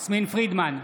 יסמין פרידמן,